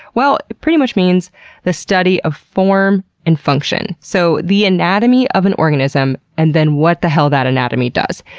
well, it pretty much means the study of form and function. so, the anatomy of an organism, and then what the hell that anatomy does.